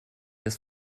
das